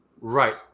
Right